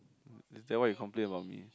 is that what you complain about me